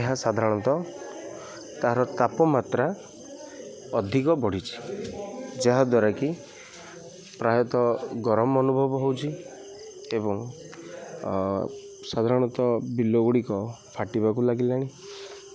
ଏହା ସାଧାରଣତଃ ତାହାର ତାପମାତ୍ରା ଅଧିକ ବଢ଼ିଛି ଯାହାଦ୍ୱାରା କି ପ୍ରାୟତଃ ଗରମ ଅନୁଭବ ହଉଛି ଏବଂ ସାଧାରଣତଃ ବିଲ ଗୁଡ଼ିକ ଫାଟିବାକୁ ଲାଗିଲାଣି